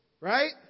right